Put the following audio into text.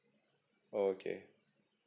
oh okay